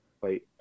wait